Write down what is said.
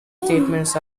statements